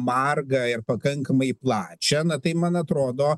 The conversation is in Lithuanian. margą ir pakankamai plačią na tai man atrodo